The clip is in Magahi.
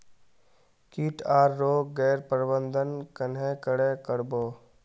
किट आर रोग गैर प्रबंधन कन्हे करे कर बो?